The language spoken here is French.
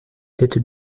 dettes